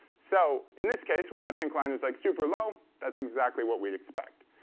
so in this case, where that pink line is like super low, that's exactly what we'd expect.